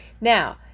Now